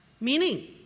meaning